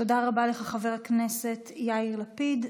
תודה רבה לך, חבר הכנסת יאיר לפיד.